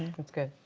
that's good.